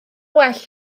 well